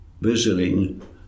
visiting